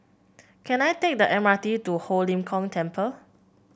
can I take the M R T to Ho Lim Kong Temple